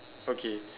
okay